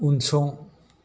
उनसं